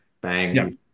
Bang